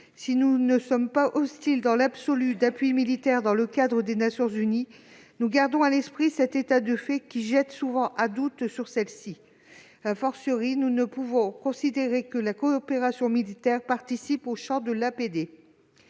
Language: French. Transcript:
nous ne sommes pas hostiles aux appuis militaires dans le cadre des Nations unies, nous gardons à l'esprit cet état de fait, qui jette souvent un doute sur ceux-ci., nous ne pouvons considérer que la coopération militaire participe au champ de l'APD.